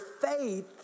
faith